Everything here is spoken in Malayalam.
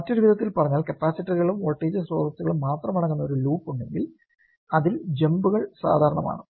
മറ്റൊരു വിധത്തിൽ പറഞ്ഞാൽ കപ്പാസിറ്ററുകളും വോൾട്ടേജ് സ്രോതസ്സുകളും മാത്രം അടങ്ങുന്ന ഒരു ലൂപ്പ് ഉണ്ടെങ്കിൽ അതിൽ ജമ്പുകൾ സാധ്യമാണ്